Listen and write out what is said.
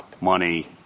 money